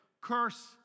curse